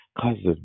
cousin